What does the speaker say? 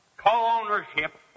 co-ownership